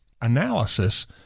analysis